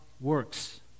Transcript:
works